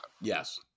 Yes